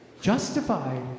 justified